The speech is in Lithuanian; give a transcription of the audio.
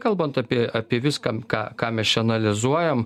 kalbant apie apie viską ką ką mes čia analizuojam